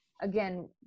again